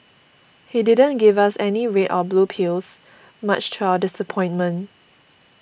he didn't give us any red or blue pills much to our disappointment